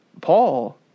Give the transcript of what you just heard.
Paul